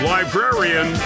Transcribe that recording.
Librarian